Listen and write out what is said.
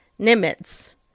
Nimitz